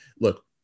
look